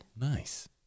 Nice